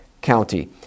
county